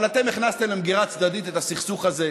אבל אתם הכנסתם למגירה צדדית את הסכסוך הזה,